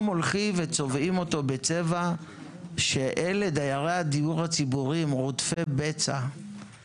הולכים וצובעים אותו בצבע שאלה דיירי הדיור הציבורי הם רודפי בצע.